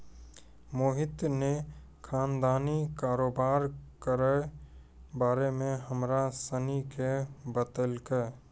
मोहित ने खानदानी कारोबार केरो बारे मे हमरा सनी के बतैलकै